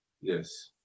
Yes